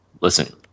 listen